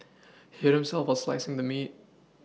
he hurt himself while slicing the meat